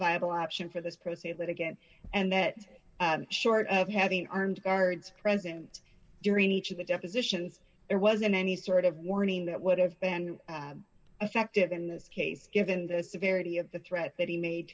viable option for this procedure but again and that short of having armed guards present during each of the depositions there wasn't any sort of warning that would have been affected in this case given the severity of the threat that he made